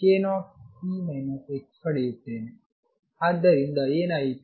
ಆದ್ದರಿಂದ ಏನಾಯಿತು